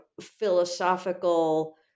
philosophical